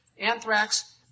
anthrax